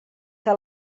que